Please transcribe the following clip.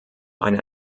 einer